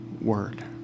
word